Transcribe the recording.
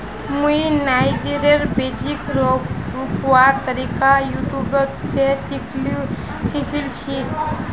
मुई नाइजरेर बीजक रोपवार तरीका यूट्यूब स सीखिल छि